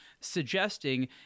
suggesting